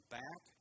back